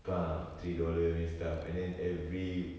three dollar punya stuff and then every